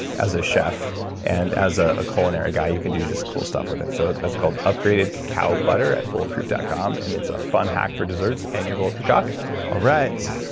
as a chef and as ah a culinary guy. you can do just cool stuff with it, so that's called upgraded cacao butter at bulletproof dot com, and it's a fun hack for desserts and your bulletproof coffee all right,